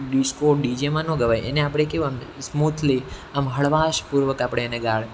disco ડીજેમાં ન ગવાય એને આપણે કેવું આમ સ્મૂથલી આમ હળવાશપૂર્વક આપણે એને ગાળ